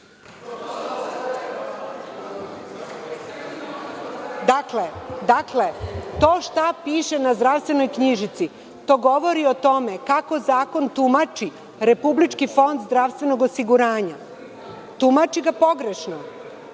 to šta piše na zdravstvenoj knjižici, to govori o tome kako zakon tumači Republički fond zdravstvenog osiguranja. Tumači ga pogrešno.